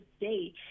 day